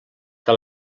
que